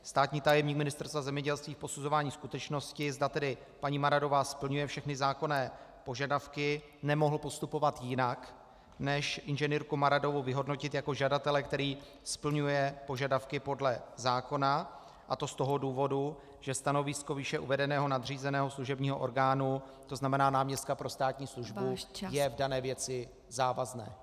Státní tajemník Ministerstva zemědělství v posuzování skutečnosti, zda tedy paní Maradová splňuje všechny zákonné požadavky, nemohl postupovat jinak než inženýrku Maradovou vyhodnotit jako žadatele, který splňuje požadavky podle zákona, a to z toho důvodu, že stanovisko výše uvedeného nadřízeného služebního orgánu, to znamená náměstka pro státní službu , je v dané věci závazné.